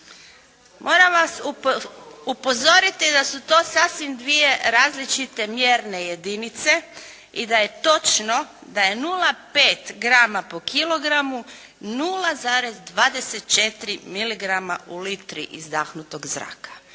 Moram vas upozoriti da su to sasvim dvije različite mjerne jedinice i da je točno da je 0,5 grama po kilogramu 0,24 miligrama u litri izdahnutog zraka.